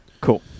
Cool